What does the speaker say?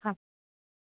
हा